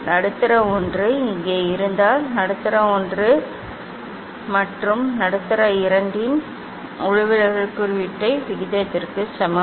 நடுத்தர ஒன்று இங்கே இருந்தால் நடுத்தர ஒன்று மற்றும் நடுத்தர இரண்டின் ஒளிவிலகல் குறியீட்டின் விகிதத்திற்கு சமம்